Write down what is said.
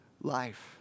life